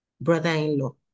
brother-in-law